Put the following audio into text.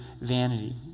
vanity